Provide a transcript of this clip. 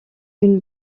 une